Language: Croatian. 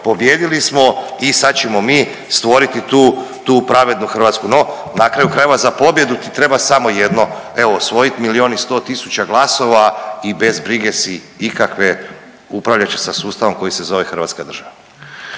pobijedili smo i sad ćemo mi stvoriti tu pravednu Hrvatsku. No na kraju krajeva za pobjedu ti treba samo jedno evo osvojit milijun i sto tisuća glasova i bez brige si ikakve, upravljat ćeš sa sustavom koji se zove Hrvatska država.